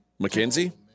McKenzie